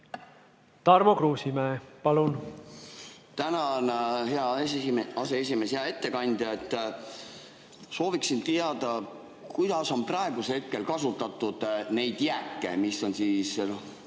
Tarmo Kruusimäe, palun! Tänan, hea aseesimees! Hea ettekandja! Sooviksin teada, kuidas on praegusel hetkel kasutatud neid jääke, mis on,